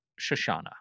shoshana